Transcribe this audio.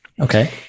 Okay